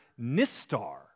Nistar